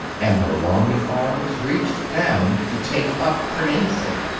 and her longing arms reached down to take up her namesake.